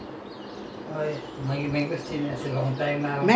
ah what your brother go and pluck I heard your brother fall down